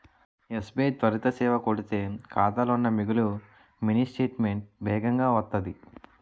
SBI త్వరిత సేవ కొడితే ఖాతాలో ఉన్న మిగులు మినీ స్టేట్మెంటు వేగంగా వత్తాది